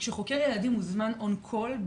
וכשחוקר ילדים מוזמן on-call,